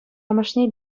амӑшне